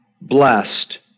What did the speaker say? blessed